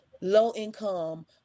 low-income